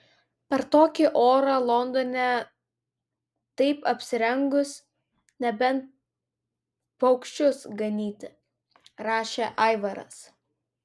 per tokį orą londone taip apsirengus nebent paukščius ganyti rašė aivaras